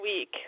week